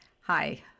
Hi